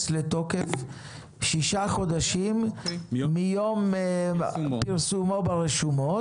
לתוקף שישה חודשים מיום פרסומו ברשומות.